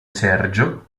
sergio